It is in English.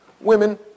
women